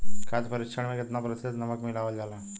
खाद्य परिक्षण में केतना प्रतिशत नमक मिलावल जाला?